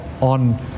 on